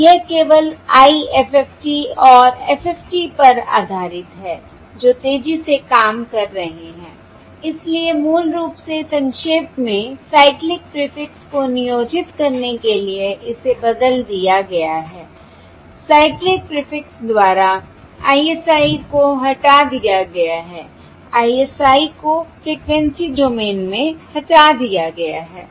यह केवल IFFT और FFT पर आधारित है जो तेजी से काम कर रहे हैं इसलिए मूल रूप से संक्षेप में साइक्लिक प्रीफिक्स को नियोजित करने के लिए इसे बदल दिया गया है साइक्लिक प्रीफिक्स द्वारा ISI को हटा दिया गया है ISI को फ्रिकवेंसी डोमेन में हटा दिया गया है